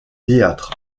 théâtre